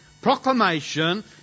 proclamation